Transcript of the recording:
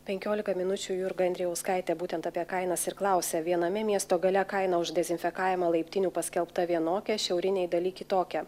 penkiolika minučių jurga andrijauskaitė būtent apie kainas ir klausia viename miesto gale kaina už dezinfekavimą laiptinių paskelbta vienokia šiaurinėj daly kitokia